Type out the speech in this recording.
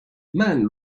men